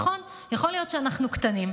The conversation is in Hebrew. נכון, יכול להיות שאנחנו קטנים,